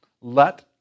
Let